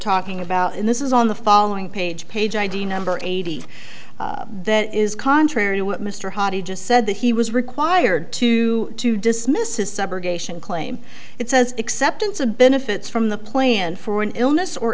talking about and this is on the following page page id number eighty that is contrary to what mr hardy just said that he was required to to dismiss his subrogation claim it says acceptance of benefits from the plane for an illness or